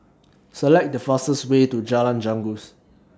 Select The fastest Way to Jalan Janggus